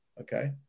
okay